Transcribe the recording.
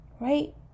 right